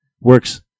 works